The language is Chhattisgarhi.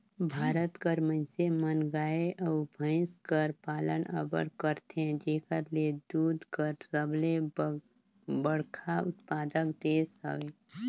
भारत कर मइनसे मन गाय अउ भंइस कर पालन अब्बड़ करथे जेकर ले दूद कर सबले बड़खा उत्पादक देस हवे